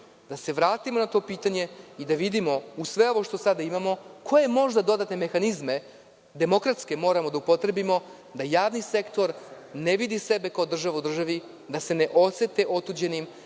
da se vratimo na to pitanje i da vidimo, uz sve ovo što sada imamo, koje možda dodatne mehanizme, demokratske, moramo da upotrebimo, da javni sektor ne vidi sebe kao državu u državi, da se ne osete otuđenim,